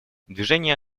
движение